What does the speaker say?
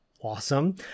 awesome